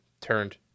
turned